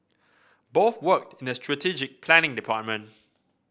both worked in the strategic planning department